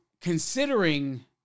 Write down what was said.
Considering